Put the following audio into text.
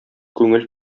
күңел